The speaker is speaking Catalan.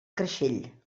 creixell